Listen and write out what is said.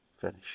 finish